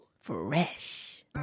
Fresh